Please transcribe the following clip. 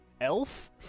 elf